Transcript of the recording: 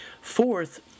Fourth